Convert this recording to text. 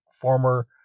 former